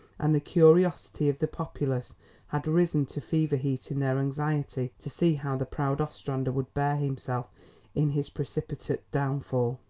and the curiosity of the populace had risen to fever-heat in their anxiety to see how the proud ostrander would bear himself in his precipitate downfall.